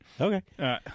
Okay